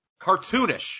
Cartoonish